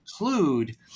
include